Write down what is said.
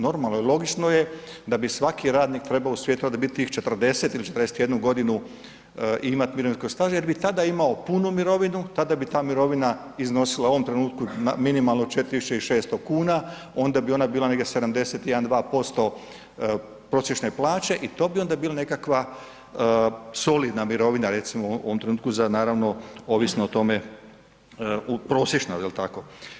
Normalno je i logično je da bi svaki radnik trebao u svijetu rada biti tih 40 ili 41 godinu imati mirovinskog staža jer bi tada imao punu mirovinu, tada bi ta mirovina iznosila u ovom trenutku minimalno 4600 kn, onda bi ona bila negdje 71, 2% prosječne plaće i to bi onda bila nekakva solidna mirovina recimo u ovom trenutku za naravno, ovisno o tome, prosječno je li tako?